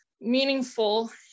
meaningful